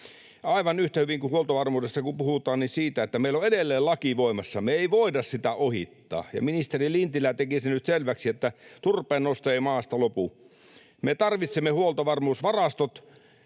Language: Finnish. Aivan yhtä hyvin kun huoltovarmuudesta puhutaan, niin meillä on edelleen laki voimassa, me ei voida sitä ohittaa. Ja ministeri Lintilä teki sen nyt selväksi, että turpeennosto ei maasta lopu. Me tarvitsemme huoltovarmuusvarastot,